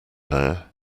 bear